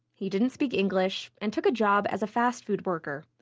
he didn't speak english and took a job as a fast-food worker.